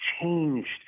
changed